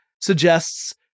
suggests